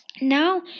Now